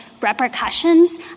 repercussions